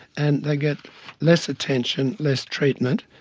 and they get less attention, less treatment,